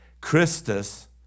Christus